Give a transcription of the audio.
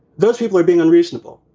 those people are being unreasonable.